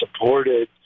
supported